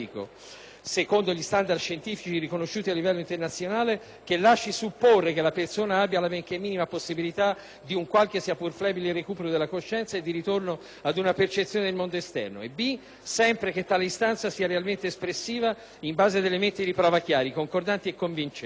secondo gli standard scientifici riconosciuti a livello internazionale, che lasci supporre che la persona abbia la benché minima possibilità di un qualche, sia pure flebile, recupero della coscienza e di ritorno ad una percezione del mondo esterno; e *b)* sempre che tale istanza sia realmente espressiva, in base ad elementi di prova chiari, concordanti e convincenti".